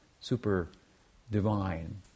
super-divine